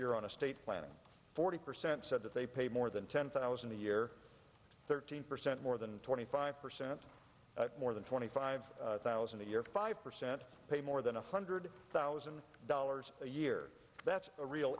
year on estate planning forty percent said that they pay more than ten thousand a year thirteen percent more than twenty five percent more than twenty five thousand a year five percent pay more than one hundred thousand dollars a year that's a real